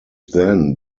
then